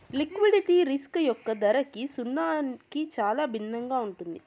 liquidity risk యొక్క ధరకి సున్నాకి చాలా భిన్నంగా ఉంటుంది